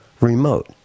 remote